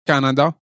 Canada